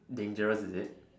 dangerous is it